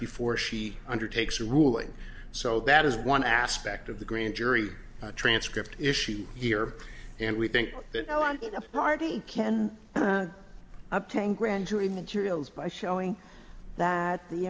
before she undertakes a ruling so that is one aspect of the grand jury transcript issue here and we think that marty can obtain grand jury materials by showing that the